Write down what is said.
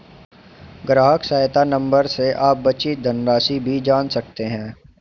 ग्राहक सहायता नंबर से आप बची धनराशि भी जान सकते हैं